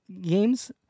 games